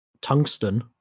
Tungsten